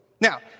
Now